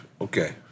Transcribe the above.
Okay